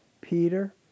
Peter